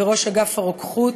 ולראש אגף הרוקחות,